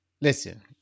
Listen